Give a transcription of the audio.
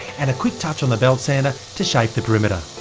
and quick touch on the belt sander to shape the perimeter.